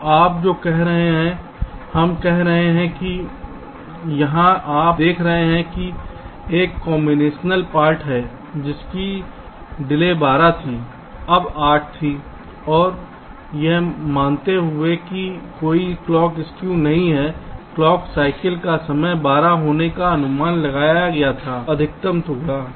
तो आप जो कह रहे हैं हम कह रहे हैं कि यहाँ आप देख रहे हैं कि एक कॉम्बिनेशनल पार्ट है जिसकी डिले 12 थी यह 8 थी और यह मानते हुए कि कोई क्लॉक स्कू नहीं है क्लॉक साइकिल का समय 12 होने का अनुमान लगाया गया था अधिकतम टुकड़ा